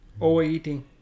overeating